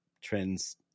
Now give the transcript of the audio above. trends